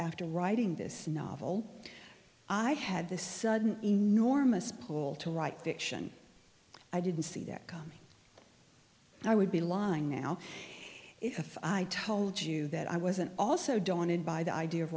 after writing this novel i had this sudden enormous pull to write fiction i didn't see that coming i would be lying now if i told you that i wasn't also daunted by the idea of